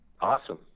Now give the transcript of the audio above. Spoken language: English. Awesome